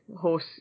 horse